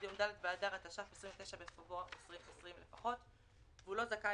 18יג. שכיר בעל שליטה שבשנת 2019 מלאו לו 20 שנים או יותר יהיה זכאי